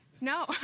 No